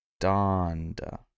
Donda